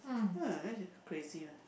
uh crazy one